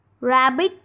Rabbit